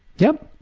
yep.